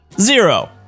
zero